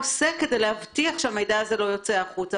כדי להבטיח שהמידע הזה לא יוצא החוצה,